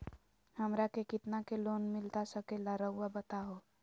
हमरा के कितना के लोन मिलता सके ला रायुआ बताहो?